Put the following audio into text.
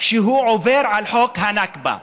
שעובר על חוק הנכבה,